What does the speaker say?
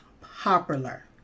popular